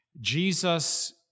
Jesus